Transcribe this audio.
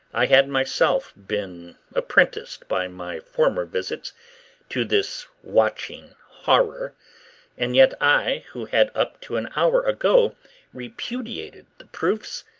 i had myself been apprenticed by my former visits to this watching horror and yet i, who had up to an hour ago repudiated the proofs,